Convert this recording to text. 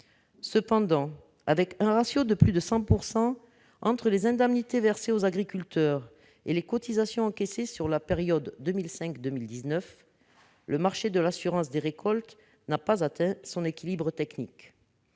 Cependant, avec un ratio de plus de 100 % entre les indemnités versées aux agriculteurs et les cotisations encaissées sur la période 2005-2019, le marché de l'assurance des récoltes n'a pas atteint son équilibre technique.